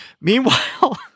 meanwhile